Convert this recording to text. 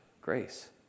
grace